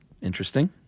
Interesting